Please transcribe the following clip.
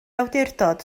awdurdod